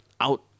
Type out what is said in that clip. out